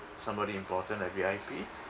somebody important like V_I_P